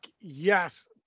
yes